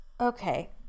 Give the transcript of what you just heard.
Okay